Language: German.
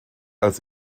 als